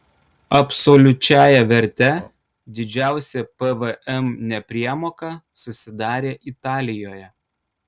absoliučiąja verte didžiausia pvm nepriemoka susidarė italijoje